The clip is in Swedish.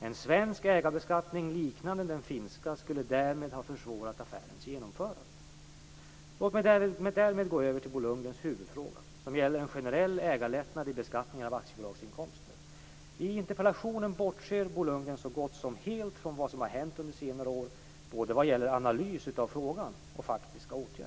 En svensk ägarbeskattning liknande den finska skulle därmed ha försvårat affärens genomförande. Låt mig därmed gå över till Bo Lundgrens huvudfråga som gäller en generell ägarlättnad i beskattningen av aktiebolagsinkomster. I interpellationen bortser Bo Lundgren så gott som helt från vad som har hänt under senare år både vad gäller analys av frågan och faktiska åtgärder.